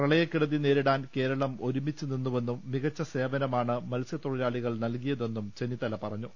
പ്രളയക്കെടുതി നേരിടാൻ കേരളം ഒരുമിച്ച് നിന്നു വെന്നും മികച്ച സേവനമാണ് മത്സ്യത്തൊഴിലാളികൾ നൽകിയ തെന്നും ചെന്നിത്തല പറഞ്ഞു